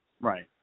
Right